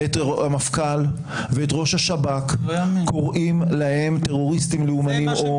ואת המפכ"ל ואת ראש השב"כ קוראים להם "טרוריסטים לאומניים".